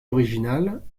originale